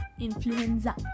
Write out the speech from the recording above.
Influenza